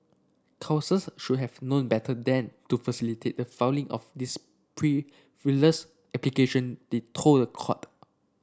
should have known better than to facilitate the filing of this application they told the court